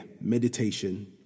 meditation